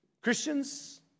Christians